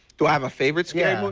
do i have a favorite? yeah. i mean